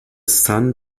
son